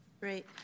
great